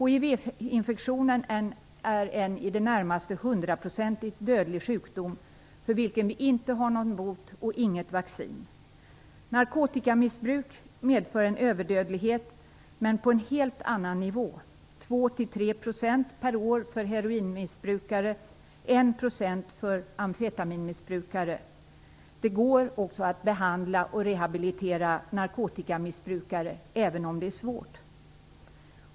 Hivinfektionen är en i det närmaste hundraprocentigt dödlig sjukdom, för vilken vi inte har någon bot och inget vaccin. Narkotikamissbruk medför en överdödlighet, men på en helt annan nivå: 2-3 % per år för heroinmissbrukare och 1 % för amfetaminmissbrukare. Det går också att behandla och rehabilitera narkotikamissbrukare, även om det är svårt.